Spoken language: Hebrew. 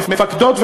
מפקדות,